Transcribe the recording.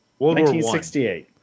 1968